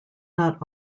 not